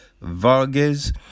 Vargas